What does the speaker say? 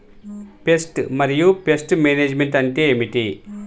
Pest మరియు pest management అంటే ఏమిటి?